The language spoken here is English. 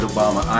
Obama